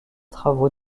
travaux